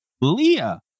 Leah